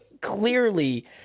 clearly